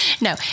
no